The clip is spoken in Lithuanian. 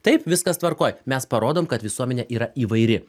taip viskas tvarkoj mes parodom kad visuomenė yra įvairi